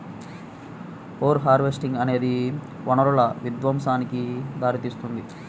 over harvesting అనేది వనరుల విధ్వంసానికి దారితీస్తుంది